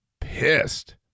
pissed